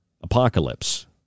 apocalypse